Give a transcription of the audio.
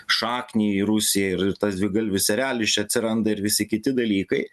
šaknį rusijai ir tas dvigalvis erelis čia atsiranda ir visi kiti dalykai